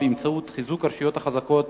באמצעות חיזוק הרשויות החזקות